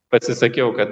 pasisakiau kad